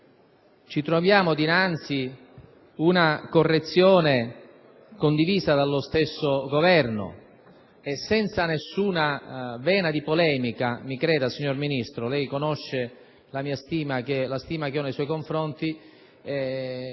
Ci troviamo dinanzi una correzione condivisa dallo stesso Governo, e senza nessuna vena di polemica, mi creda, signor Ministro, lei conosce la stima che ho nei suoi confronti